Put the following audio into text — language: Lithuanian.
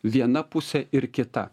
viena pusė ir kita